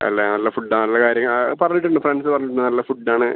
അല്ലേ നല്ല ഫുഡ്ഡാണൊള്ള കാര്യം പറഞ്ഞിട്ടുണ്ട് ഫ്രണ്ട്സ്സ് പറഞ്ഞിട്ടുണ്ട് നല്ല ഫുഡാണ്